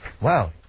Wow